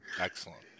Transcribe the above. excellent